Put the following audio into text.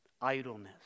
idleness